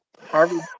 Harvey